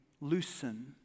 loosen